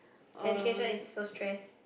education is so stress